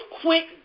quick